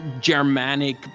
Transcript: Germanic